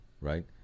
right